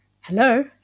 Hello